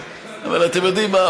אבל אתם יודעים מה?